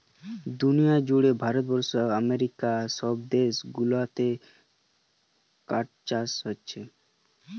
দুনিয়া জুড়ে ভারত আমেরিকা সব দেশ গুলাতে কাঠ চাষ হোচ্ছে